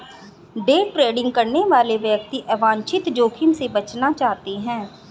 day trading करने वाले व्यक्ति अवांछित जोखिम से बचना चाहते हैं